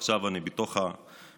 ועכשיו אני בתוך הקלחת.